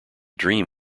dream